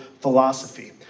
philosophy